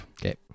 Okay